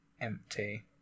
empty